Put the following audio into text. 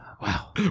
Wow